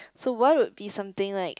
so why would be something like